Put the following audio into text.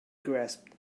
grasped